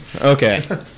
Okay